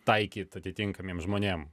taikyt atitinkamiem žmonėm